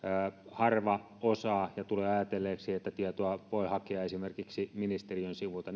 harva osaa ajatella ja tulee ajatelleeksi että tietoa voi hakea esimerkiksi ministeriön sivuilta